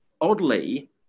oddly